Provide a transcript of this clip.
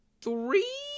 three